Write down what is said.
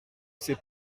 ses